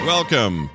Welcome